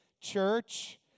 church